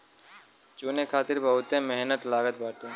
चुने खातिर बहुते मेहनत लागत बाटे